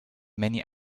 many